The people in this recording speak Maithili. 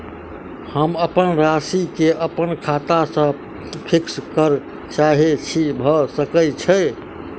हम अप्पन राशि केँ अप्पन खाता सँ फिक्स करऽ चाहै छी भऽ सकै छै?